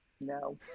No